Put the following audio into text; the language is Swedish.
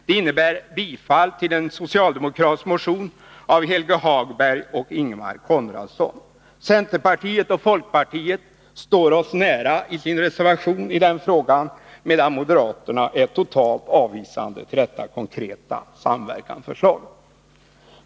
Det innebär bifall till en socialdemokratisk motion av Helge Hagberg och Ingemar Konradsson. Centerpartiet och folkpartiet står oss nära i sin reservation i den frågan, medan moderaterna är totalt avvisande till detta konkreta samverkansförslag.